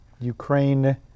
Ukraine